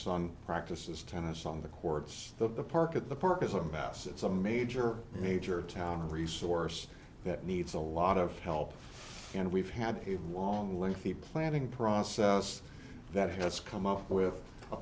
son practices tennis on the courts the park at the park is about us it's a major major town a resource that needs a lot of help and we've had here long lengthy planning process that has come up with a